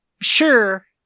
sure